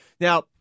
Now